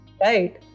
Right